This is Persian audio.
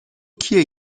کیه